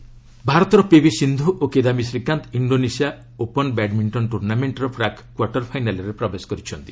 badminton ଭାରତର ପିଭି ସିନ୍ଧୁ ଓ Kidambi Srikanth Indonesia open badminton ଟୁର୍ଣ୍ଣାମେଣ୍ଟ୍ର ପ୍ରାକ୍ କ୍ୱାର୍ଟର୍ ଫାଇନାଲ୍ରେ ପ୍ରବେଶ କରିଛନ୍ତି